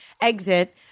exit